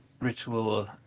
Ritual